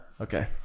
Okay